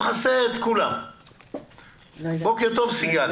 תודה על